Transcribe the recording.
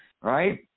Right